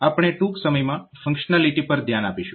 આપણે ટૂંક સમયમાં ફંક્શનાલિટી પર ધ્યાન આપીશું